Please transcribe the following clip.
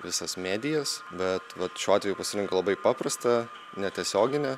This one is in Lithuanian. visas medijas bet vat šiuo atveju pasirenku labai paprastą netiesioginę